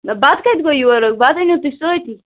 نہ بَتہٕ کَتہِ گوٚو یورُک بَتہٕ أنِو تُہۍ سۭتی